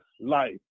life